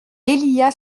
délia